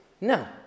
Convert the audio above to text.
No